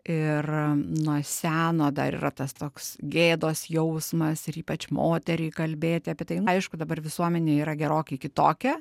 ir nuo seno dar yra tas toks gėdos jausmas ir ypač moteriai kalbėti apie tai na aišku dabar visuomenė yra gerokai kitokia